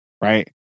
right